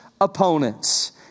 opponents